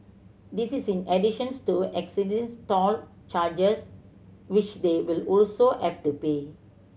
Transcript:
this is in additions to existing toll charges which they will also have to pay